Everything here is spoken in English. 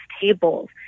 tables